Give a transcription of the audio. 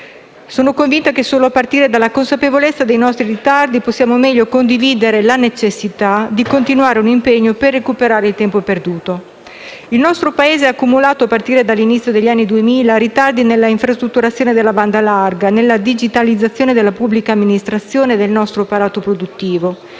Sono convinta che solo a partire dalla consapevolezza dei nostri ritardi possiamo meglio condividere la necessità di continuare un impegno per recuperare il tempo perduto. Il nostro Paese ha accumulato, a partire dall'inizio degli anni 2000, ritardi nella infrastrutturazione della banda larga, nella digitalizzazione della pubblica amministrazione e del nostro apparato produttivo.